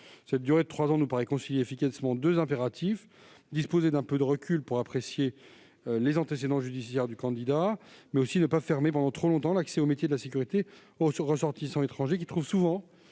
Cette durée de trois ans nous paraît concilier efficacement deux impératifs : disposer d'un peu de recul pour apprécier les antécédents judiciaires du candidat, mais aussi ne pas fermer pendant trop longtemps l'accès aux métiers de la sécurité aux ressortissants étrangers, qui trouvent souvent